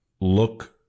look